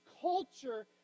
culture